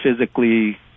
physically –